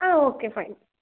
ah okay fine